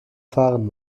fahren